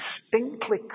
distinctly